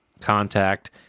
contact